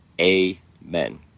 amen